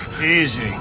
easy